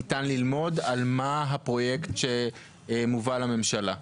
ניתן ללמוד על מה הפרויקט שמובא לממשלה?